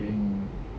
mm